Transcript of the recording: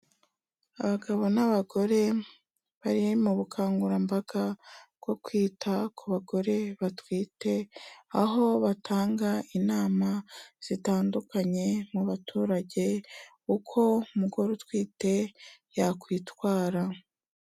Abagabo n'abagore bari mu bukangurambaga bwo kwita ku bagore batwite aho batanga inama zitandukanye mu baturage uko umugore utwite yakwitwara.